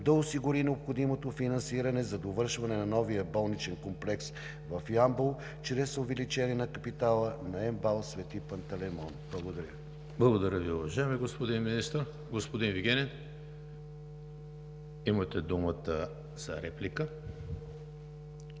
да осигури необходимото финансиране за довършване на новия болничен комплекс в Ямбол чрез увеличение на капитала на МБАЛ „Свети Панталеймон“. Благодаря. ПРЕДСЕДАТЕЛ ЕМИЛ ХРИСТОВ: Благодаря Ви, уважаеми господин Министър. Господин Вигенин, имате думата, за реплика.